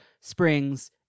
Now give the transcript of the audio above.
springs